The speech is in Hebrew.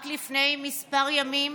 רק לפני כמה ימים